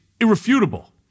irrefutable